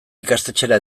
ikastetxera